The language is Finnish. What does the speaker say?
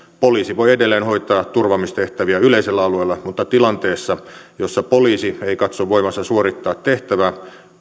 poliisi voi edelleen hoitaa turvaamistehtäviä yleisellä alueella mutta tilanteessa jossa poliisi ei katso voivansa suorittaa tehtävää